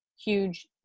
huge